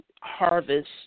harvest